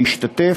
להשתתף,